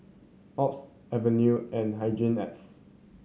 Oxy Avene and Hygin X